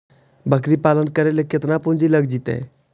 बकरी पालन करे ल केतना पुंजी लग जितै?